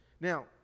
Now